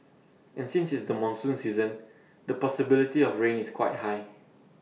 and since it's the monsoon season the possibility of rain is quite high